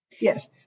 Yes